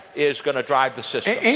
is going to drive the system. okay.